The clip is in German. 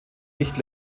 nicht